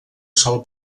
sol